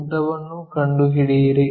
ಉದ್ದವನ್ನು ಕಂಡುಹಿಡಿಯಿರಿ